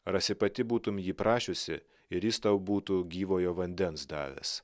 rasi pati būtum jį prašiusi ir jis tau būtų gyvojo vandens davęs